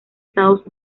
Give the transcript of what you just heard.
estados